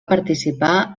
participar